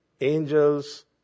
angels